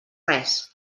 res